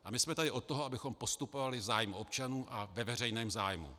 A my jsme tady od toho, abychom postupovali v zájmu občanů a ve veřejném zájmu.